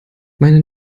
meine